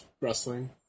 wrestling